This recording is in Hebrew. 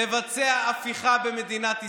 לבצע הפיכה במדינת ישראל.